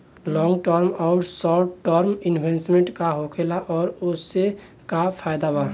Long term आउर short term investment का होखेला और ओसे का फायदा बा?